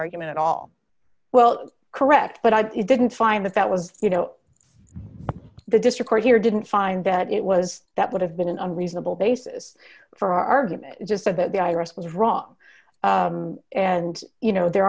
argument at all well correct but i didn't find that that was you know the district court here didn't find that it was that would have been a reasonable basis for argument just that the iris was wrong and you know there